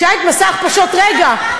כשהיה מסע ההכפשות, רגע.